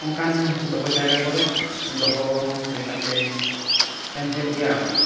ᱚᱱᱠᱟᱱ ᱫᱚᱦᱚ ᱡᱟᱭᱜᱟ ᱠᱚᱨᱮᱫ ᱫᱚᱦᱚ ᱞᱮᱠᱟᱛᱮ ᱮᱢ ᱦᱩᱭᱩᱜ ᱜᱮᱭᱟ ᱟᱨᱠᱤ